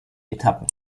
etappen